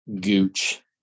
gooch